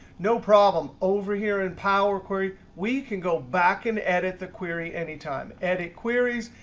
no problem. over here in power query, we can go back and edit the query anytime. edit queries.